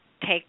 take